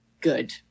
good